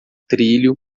trilho